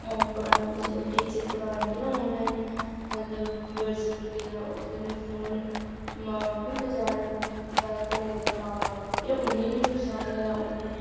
ओह् पढ़ांदे ते टीचर पढ़ांदे ऑनलाईन मतलब बस ते ओह्दे कन्नै फोन मां बब्बें बी बेचारें जागतें दे जेह्ड़े मां बब्ब उ'नेंगी बी नुक्सान होआ उ'नें